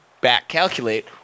back-calculate